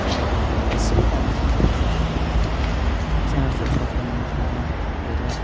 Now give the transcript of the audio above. हनै गासिबो दानि सेंग्राफोर बेखारआव थांजोबबाय फिसा फिसौ साख्रि मोननो थांला गैला